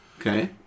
Okay